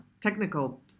technical